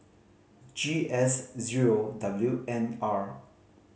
G S zero W N R